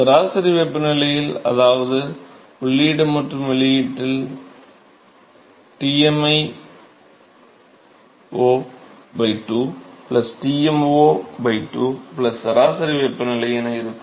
சராசரி வெப்பநிலையில் அதாவது உள்ளீட்டு மற்றும் வெளியீட்டில் Tmi o 2 Tmo 2 சராசரி வெப்பநிலை என இருக்கும்